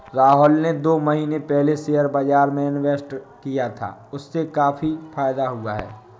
राहुल ने दो महीने पहले शेयर बाजार में इन्वेस्ट किया था, उससे उसे काफी फायदा हुआ है